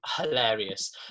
hilarious